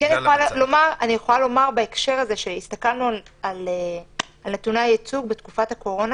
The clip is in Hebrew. אני כן יכולה לומר בהקשר הזה שהסתכלנו על נתוני הייצוג בתקופת הקורונה,